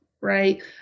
right